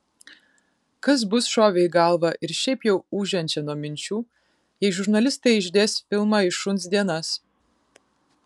kas bus šovė į galvą ir šiaip jau ūžiančią nuo minčių jei žurnalistai išdės filmą į šuns dienas